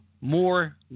more